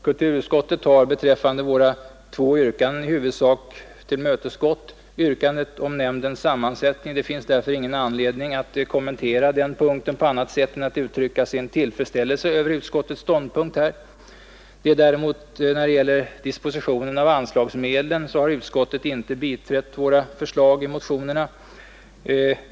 Kulturutskottet har beträffande våra två yrkanden i huvudsak tillmötesgått förslaget om nämndens sammansättning. Det finns därför ingen anledning att kommentera den punkten på annat sätt än genom att uttrycka sin tillfredsställelse över utskottets ståndpunkt. Då det däremot gäller dispositionen av anslagsmedlen har utskottet inte tillstyrkt våra motionsförslag.